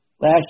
last